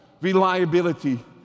reliability